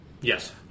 Yes